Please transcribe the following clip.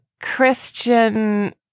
Christian